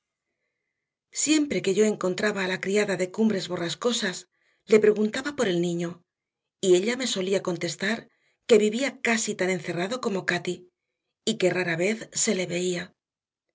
siempre que yo encontraba a la criada de cumbres borrascosas le preguntaba por el niño y ella me solía contestar que vivía casi tan encerrado como cati y que rara vez se le veía